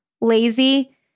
lazy